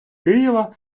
києва